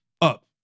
up